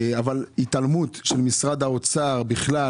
התעלמות של משרד האוצר בכלל